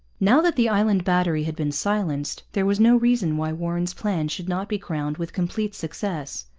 now that the island battery had been silenced there was no reason why warren's plan should not be crowned with complete success.